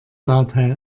bauteil